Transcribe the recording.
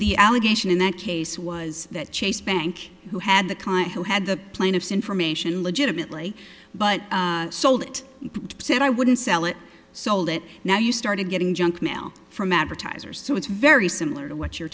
allegation in that case was that chase bank who had the kind who had the plaintiff's information legitimately but sold it and said i wouldn't sell it sold it now you started getting junk mail from advertisers so it's very similar to what you're